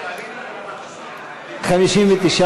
לאחר סעיף 1 לא נתקבלה.